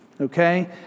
okay